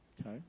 Okay